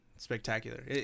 spectacular